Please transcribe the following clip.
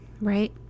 right